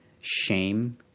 shame